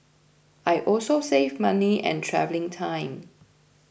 I also save money and travelling time